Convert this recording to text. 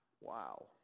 Wow